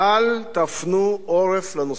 אל תפנו עורף לנושא הזה,